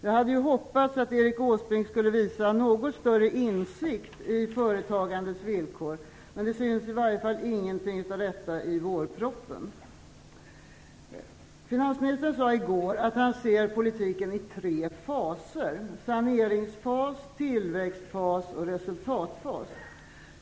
Jag hade ju hoppats att Erik Åsbrink skulle visa något större insikt i företagandets villkor, men det syns i varje fall ingenting av detta i vårpropositionen. Finansministern sade i går att han ser politiken i tre faser - saneringsfas, tillväxtfas och resultatfas.